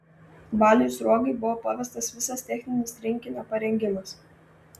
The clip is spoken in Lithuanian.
baliui sruogai buvo pavestas visas techninis rinkinio parengimas